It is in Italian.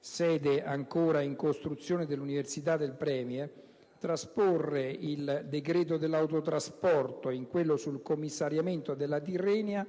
sede ancora in costruzione dell'università del *Premier*, trasporre il decreto sull'autotrasporto in quello sul commissariamento della Tirrenia,